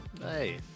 Hey